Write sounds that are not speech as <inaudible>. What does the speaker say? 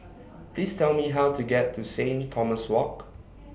<noise> Please Tell Me How to get to Saint Thomas Walk